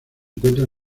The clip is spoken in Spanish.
encuentra